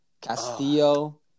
Castillo